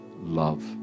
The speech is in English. love